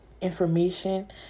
information